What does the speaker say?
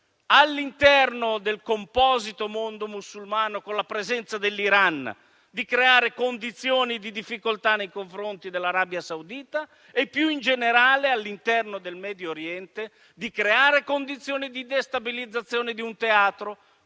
all'interno del composito mondo musulmano, con la presenza dell'Iran, di creare condizioni di difficoltà nei confronti dell'Arabia Saudita e, più in generale, all'interno del Medio Oriente, di creare condizioni di destabilizzazione di un teatro,